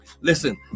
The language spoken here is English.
Listen